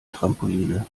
trampoline